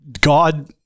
God